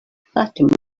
fatima